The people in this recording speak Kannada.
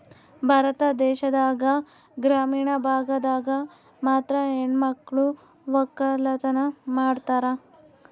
ಭಾರತ ದೇಶದಾಗ ಗ್ರಾಮೀಣ ಭಾಗದಾಗ ಮಾತ್ರ ಹೆಣಮಕ್ಳು ವಕ್ಕಲತನ ಮಾಡ್ತಾರ